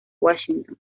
washington